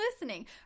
listening